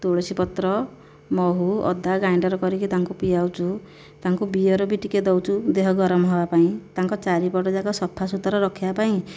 ତୁଳସୀ ପତ୍ର ମହୁ ଅଦା ଗ୍ରାଇଣ୍ଡର କରିକି ତାଙ୍କୁ ପିଆଉଛୁ ତାଙ୍କୁ ବିୟର ବି ଟିକିଏ ଦେଉଛୁ ଦେହ ଗରମ ହେବା ପାଇଁ ତାଙ୍କ ଚାରିପଟଯାକ ସଫା ସୁତରା ରଖିବା ପାଇଁ